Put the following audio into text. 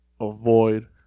avoid